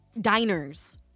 diners